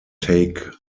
take